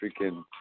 freaking